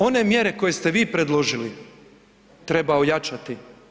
One mjere koje ste vi predložili treba ojačati.